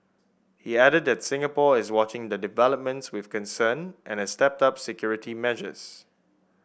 he added that Singapore is watching the developments with concern and has stepped up security measures